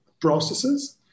processes